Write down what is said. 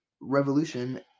Revolution